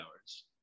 hours